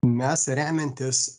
mes remiantis